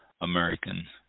American